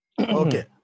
okay